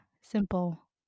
simple